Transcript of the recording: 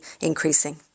increasing